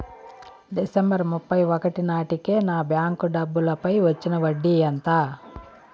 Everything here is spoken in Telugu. డిసెంబరు ముప్పై ఒకటి నాటేకి నా బ్యాంకు డబ్బుల పై వచ్చిన వడ్డీ ఎంత?